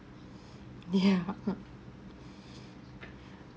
yeah